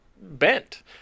bent